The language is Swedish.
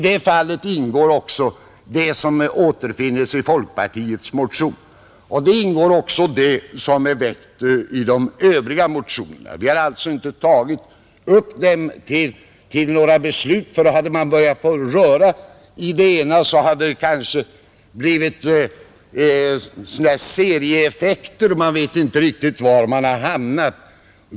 Detta omfattar de förslag som återfinnes i folkpartiets motion och också vad som föreslås i de övriga motioner som väckts i ärendet. Vi har alltså inte tagit upp frågan till några beslut; hade man börjat röra i det ena, så hade det kanske uppstått serieeffekter, och man vet inte var man då hade hamnat.